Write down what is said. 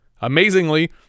Amazingly